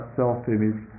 self-image